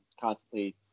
constantly